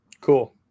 cool